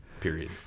period